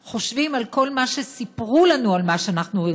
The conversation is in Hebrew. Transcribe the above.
חושבים על כל מה שסיפרו לנו על מה שאנחנו רואים,